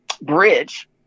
bridge